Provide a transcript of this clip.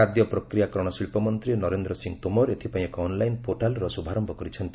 ଖାଦ୍ୟ ପ୍ରକ୍ରିୟାକରଣ ଶିଳ୍ପମନ୍ତ୍ରୀ ନରେନ୍ଦ୍ର ସିଂ ତୋମର ଏଥିପାଇଁ ଏକ ଅନଲାଇନ ପୋର୍ଟାଲର ଶୁଭାରମ୍ଭ କରିଛନ୍ତି